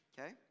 Okay